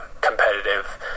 competitive